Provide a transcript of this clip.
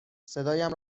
صدایم